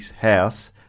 house